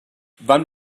van